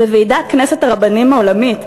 בוועידת כנסת הרבנים העולמית,